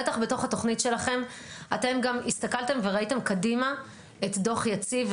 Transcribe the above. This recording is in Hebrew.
בטח בתוך התוכנית שלכם אתם גם הסתכלתם וראיתם קדימה את דוח יציב,